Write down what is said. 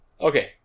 Okay